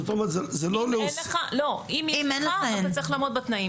אתה צריך לעמוד בתנאים.